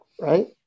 Right